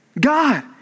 God